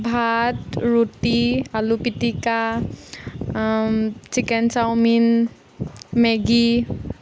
ভাত ৰুটি আলু পিটিকা চিকেন চাও মিন মেগী